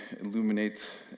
illuminate